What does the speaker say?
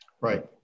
right